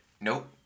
nope